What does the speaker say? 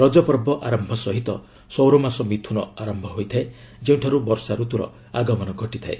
ରଜପର୍ବ ଆରମ୍ଭ ସହିତ ସୌରମାସ ମିଥୁନ ଆରମ୍ଭ ହୋଇଥାଏ ଯେଉଁଠାରୁ ବର୍ଷାରତୁର ଆଗମନ ଘଟିଥାଏ